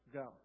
go